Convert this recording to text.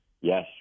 Yes